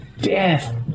death